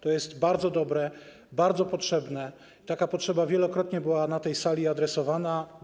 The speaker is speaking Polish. To jest bardzo dobre, bardzo potrzebne, taka potrzeba wielokrotnie była na tej sali wyrażana.